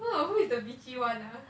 hmm who is the bitchy one ah